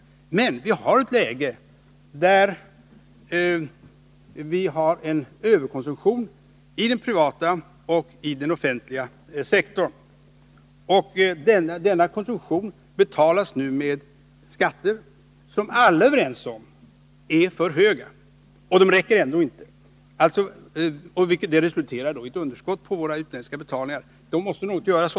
Situationen är emellertid den att det förekommer en överkonsumtion på både den privata och offentliga sektorn. Denna konsumtion betalas nu med skatter som — och det är alla överens om — är för höga men som ändå inte räcker till. Det resulterar i ett underskott i vår betalningsbalans, och åt detta måste något göras.